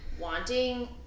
wanting